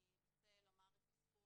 אני ארצה לומר את הסיפור